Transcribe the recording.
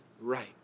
right